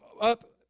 up